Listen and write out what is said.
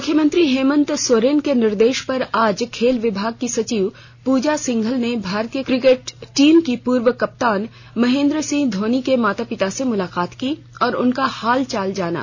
मुख्यमंत्री हेमंत सोरेन के निर्देश पर आज खेल विभाग की सचिव पूजा सिंघल ने भारतीय क्रिकेट टीम के पूर्व कप्तान महेंद्र सिंह धोनी के माता पिता से मुलाकात की और उनका हाल चाल जाना